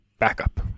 Backup